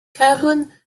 kaplan